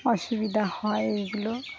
অসুবিধা হয় এইগুলো